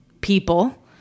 people